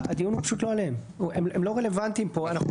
ואני גם